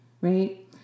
right